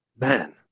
man